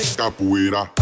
capoeira